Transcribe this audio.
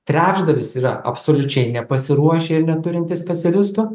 trečdalis yra absoliučiai nepasiruošę ir neturintys specialistų